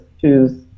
choose